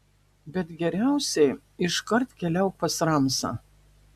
bet geriausiai iškart keliauk pas ramsą